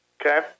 Okay